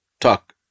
Talk